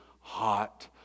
hot